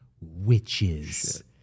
witches